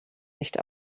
nicht